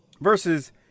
versus